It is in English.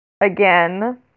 again